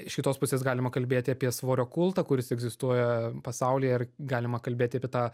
iš kitos pusės galima kalbėti apie svorio kultą kuris egzistuoja pasaulyje ar galima kalbėti apie tą